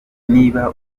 niba